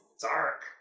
dark